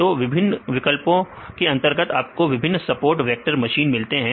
तो विभिन्न विकल्पों के अंतर्गत आपको विभिन्न सपोर्ट वेक्टर मशीन मिलते हैं